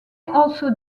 also